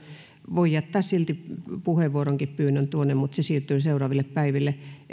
voi jättää silti puheenvuoropyynnönkin tuonne mutta se siirtyy seuraaville päiville